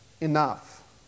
enough